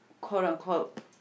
quote-unquote